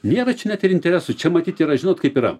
nėra čia net ir interesų čia matyt yra žinot kaip yra